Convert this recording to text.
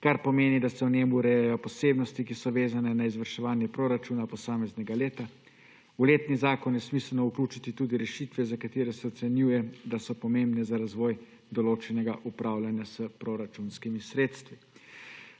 kar pomeni, da se v njem urejajo posebnosti, ki so vezane na izvrševanje proračuna posameznega leta. V letni zakon je smiselno vključiti tudi rešitve, za katere se ocenjuje, da so pomembne za razvoj določenega upravljanja s proračunskimi sredstvi.